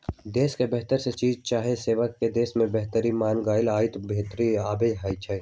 देश के बाहर से चीज चाहे सेवा के देश के भीतर मागनाइ आयात के भितर आबै छइ